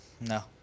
No